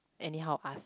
anyhow ask